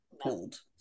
pulled